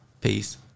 peace